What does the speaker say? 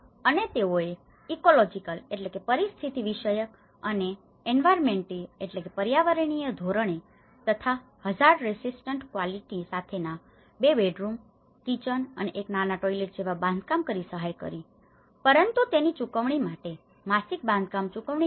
અને તેઓએ ecological ecological પરિસ્થિતિવિષયક અને એન્વાયરમેન્ટીય environmental પર્યાવરણીય ધોરણો તથા hazard resistant quality hazard resistant quality જોખમ પ્રતિરોધક ગુણવત્તા સાથેના 2 બેડરૂમ કિચન અને 1 નાના ટોઇલેટ જેવા બાંધકામ કરીને સહાય કરી પરંતુ તેની ચુકવણી માટે માસિક બાંધકામ ચૂકવણીનું શું